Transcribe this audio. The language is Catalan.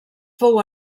fou